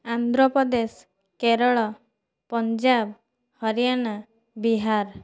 Andhra Pradesh Kerala Punjab ହରିୟନା Bihar